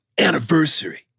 anniversary